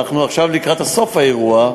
אנחנו לקראת סוף האירוע.